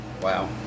Wow